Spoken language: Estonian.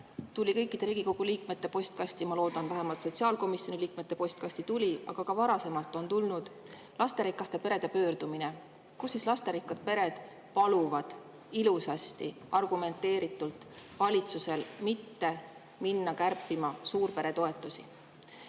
tuli Riigikogu liikmete postkasti – ma loodan, et kõikide, vähemalt sotsiaalkomisjoni liikmete postkasti tuli –, aga ka varasemalt on tulnud lasterikaste perede pöördumine, kus lasterikkad pered paluvad ilusasti ja argumenteeritult valitsusel mitte minna kärpima suurperetoetusi.